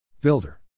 Builder